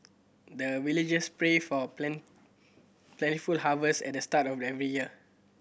the villagers pray for plentiful harvest at the start of every year